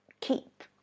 keep